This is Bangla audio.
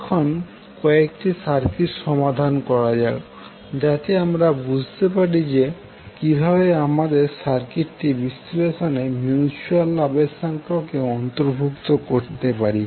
এখন কয়েকটি সার্কিট সমাধান করা যাক যাতে আমরা বুঝতে পারি যে কিভাবে আমরা আমাদের সার্কিট বিশ্লেষণে মিউচুয়াল আবেশাঙ্ককে অন্তরভুক্ত করতে পারি